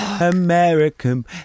American